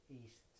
east